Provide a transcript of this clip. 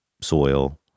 soil